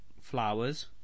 Flowers